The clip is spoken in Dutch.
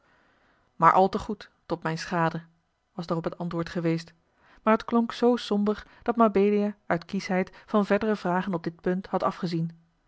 maar al te goed tot mijne schade was daarop het antwoord geweest maar het klonk zoo somber dat mabelia uit kieschheid van verdere vragen op dit punt had afgezien